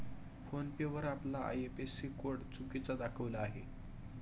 phone पे वर आपला IFSC code चुकीचा दाखविला आहे